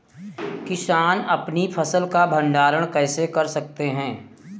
किसान अपनी फसल का भंडारण कैसे कर सकते हैं?